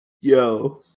Yo